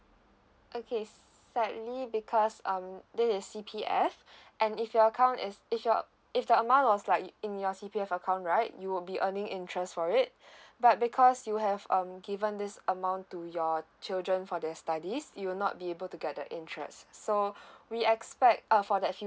okay sadly because um this is C_P_F and if your account is if your if the amount was like in your C_P_F account right you will be earning interest for it but because you have um given this amount to your children for their studies you will not be able to get the interest so we expect uh for that